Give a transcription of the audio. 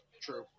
True